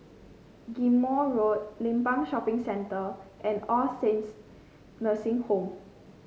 Ghim Moh Road Limbang Shopping Centre and All Saints Nursing Home